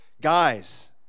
Guys